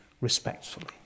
respectfully